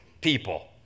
people